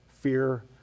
Fear